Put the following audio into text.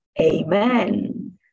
Amen